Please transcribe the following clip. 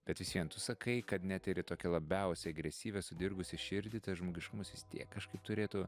bet vis vien tu sakai kad net ir į tokią labiausiai agresyvią sudirgusią širdį tas žmogiškumas vis tiek kažkaip turėtų